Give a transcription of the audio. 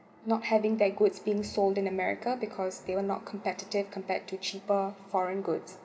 not having their goods been sold in america because they were not competitive compared to cheaper foreign goods